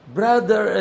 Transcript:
brother